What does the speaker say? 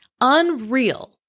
Unreal